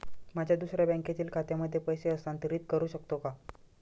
माझ्या दुसऱ्या बँकेतील खात्यामध्ये पैसे हस्तांतरित करू शकतो का?